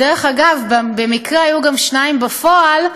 דרך אגב, במקרה היו גם שניים בפועל: